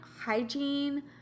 hygiene